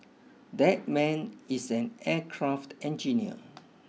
that man is an aircraft engineer